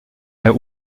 der